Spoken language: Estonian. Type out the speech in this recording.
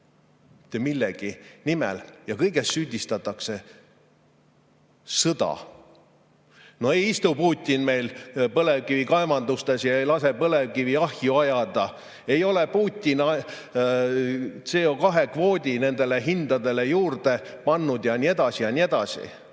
millegi nimel. Ja kõiges süüdistatakse sõda. No ei istu Putin meil põlevkivikaevandustes ega lase põlevkivi ahju ajada. Ei ole Putin CO2‑kvooti nendele hindadele juurde pannud. Ja nii edasi, ja nii edasi.